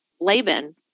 Laban